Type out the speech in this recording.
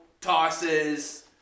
tosses